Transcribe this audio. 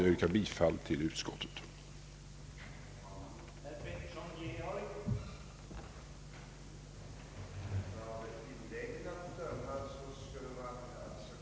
Jag yrkar bifall till utskottets hemställan.